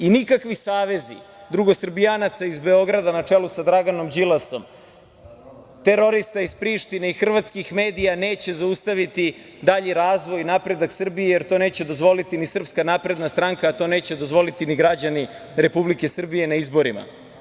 Nikakvi savezi drugosrbijanaca iz Beograda na čelu sa Draganom Đilasom, terorista iz Prištine i hrvatskih medija neće zaustaviti dalji razvoj i napredak Srbije, jer to neće dozvoliti ni SNS, a to neće dozvoliti ni građani Republike Srbije na izborima.